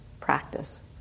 practice